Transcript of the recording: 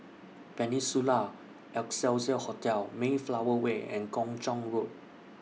Peninsula Excelsior Hotel Mayflower Way and Kung Chong Road